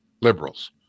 liberals